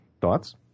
Thoughts